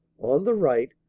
on the right,